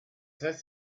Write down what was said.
heißt